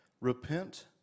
repent